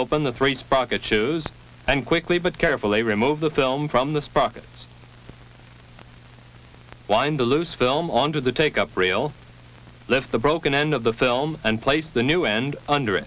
open the three sprocket shoes and quickly but carefully remove the film from the sprockets wind the loose film onto the take up real lift the broken end of the film and place the new end under